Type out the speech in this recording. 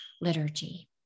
liturgy